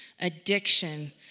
addiction